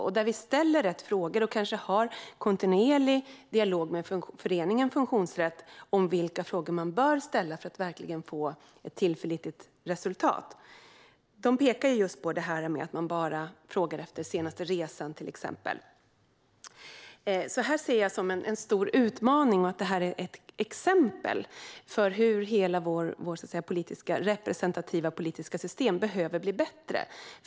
Vi behöver ställa rätt frågor och ha en kontinuerlig dialog med föreningen Funktionsrätt om vilka frågor man bör ställa för att verkligen få ett tillförlitligt resultat. De pekar till exempel på detta att man bara frågar efter senaste resan. Jag ser alltså detta som en stor utmaning, och det är ett exempel på hur hela vårt representativa politiska system behöver bli bättre.